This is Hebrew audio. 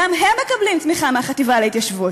גם הם מקבלים תמיכה מהחטיבה להתיישבות.